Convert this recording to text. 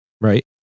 Right